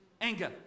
anger